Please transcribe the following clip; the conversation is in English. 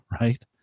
right